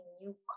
new